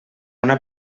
una